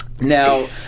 Now